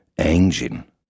engine